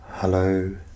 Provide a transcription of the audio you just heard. Hello